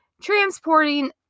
transporting